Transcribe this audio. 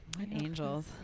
angels